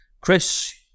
Chris